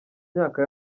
myaka